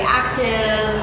active